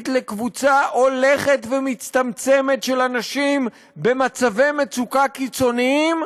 לקבוצה הולכת ומצטמצמת של אנשים במצבי מצוקה קיצוניים,